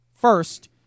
First